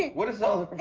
what is all